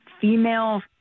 female